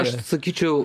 aš sakyčiau